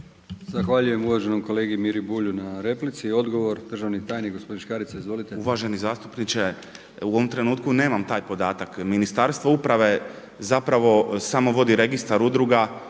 Zahvaljujem uvaženom kolegi Miri Bulju na replici. Odgovor državni tajnik gospodin Škarica. Izvolite. **Škarica, Mihovil** Uvaženi zastupniče, u ovom trenutku nemam taj podatak. Ministarstvo uprave zapravo samo vodi registar udruga